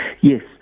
Yes